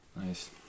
nice